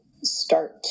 start